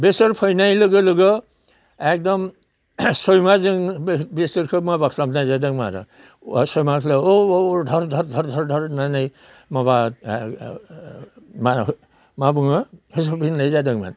बेसोर फैनाय लोगो लोगो एखदम सहैबा जों बेसोरखौ माबा खालामनाय जादोंमोन आरो होननानै माबा मा माबुङो होननाय जादोंमोन